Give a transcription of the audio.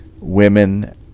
women